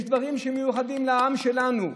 יש דברים שהם מיוחדים לעם שלנו,